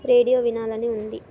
radio వినాలని ఉంది